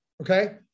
Okay